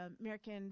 American